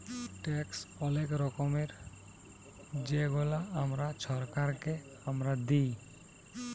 tax অলেক রকমের যেগলা আমরা ছরকারকে আমরা দিঁই